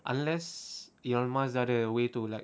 unless bila mars dah ada a way to like